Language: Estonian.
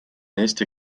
eesti